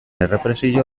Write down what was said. errepresio